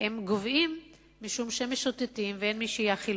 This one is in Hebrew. גוועים משום שהם משוטטים ואין מי שיאכיל